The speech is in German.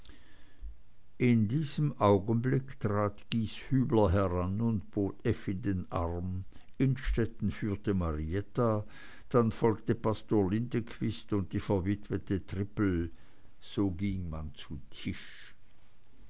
in diesem augenblick trat gieshübler heran und bot effi den arm innstetten führte marietta dann folgten pastor lindequist und die verwitwete trippel so ging man zu tisch